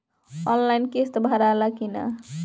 Online किस्त भराला कि ना?